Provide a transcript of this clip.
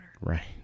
Right